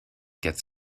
gets